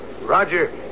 Roger